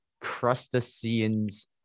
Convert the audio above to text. crustaceans